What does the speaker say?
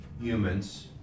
humans